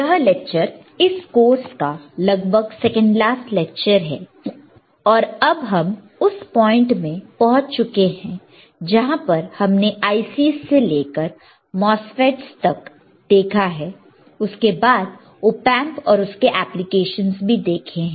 यह लेक्चर इस कोर्स का लगभग सेकंड लास्ट लेक्चर है और अब हम उस पॉइंट में पहुंच चुके हैं जहां पर हमने IC's से लेकर MOSFET's तब देखा है उसके बाद ओपएंप और उसके एप्लीकेशन भी देखे हैं